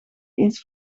eens